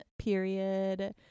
period